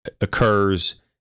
occurs